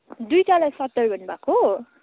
दुइटालाई सत्तरी भन्नुभएको